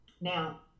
Now